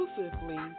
exclusively